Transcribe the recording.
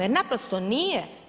Jer naprosto nije.